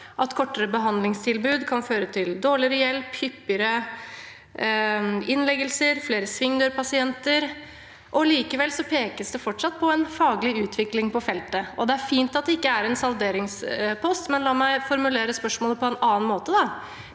at kortere behandlingstilbud kan føre til dårligere hjelp, hyppigere innleggelser og flere svingdørspasienter. Likevel pekes det fortsatt på en faglig utvikling på feltet. Det er fint at det ikke er en salderingspost, men la meg formulere spørsmålet på en annen måte: